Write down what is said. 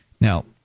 Now